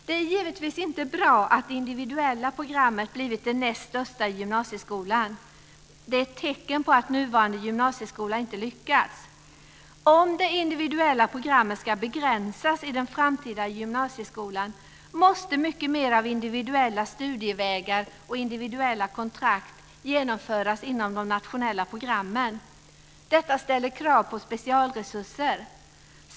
Det är givetvis inte bra att det individuella programmet blivit det näst största i gymnasieskolan. Det är ett tecken på att nuvarande gymnasieskola inte lyckats. Om det individuella programmet ska begränsas i den framtida gymnasieskolan, måste mycket mer av individuella studievägar och individuella kontrakt genomföras inom de nationella programmen. Detta ställer krav på specialresurser.